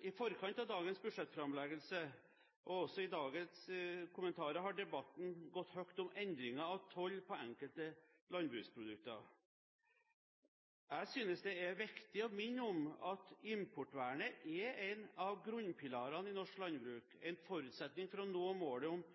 I forkant av dagens budsjettframleggelse, og også i dagens kommentarer, har debatten gått høyt om endringen av toll på enkelte landbruksprodukter. Jeg synes det er viktig å minne om at importvernet er en av grunnpilarene i norsk landbruk – en forutsetning for å nå målet om